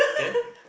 okay